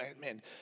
man